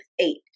eight